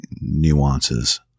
nuances